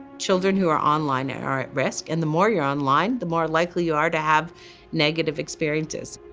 children who are online ah are at risk, and the more you're online, the more likely you are to have negative experiences.